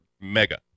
mega